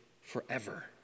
forever